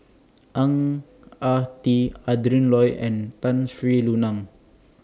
Ang Ah Tee Adrin Loi and Tun Sri Lanang